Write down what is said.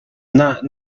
not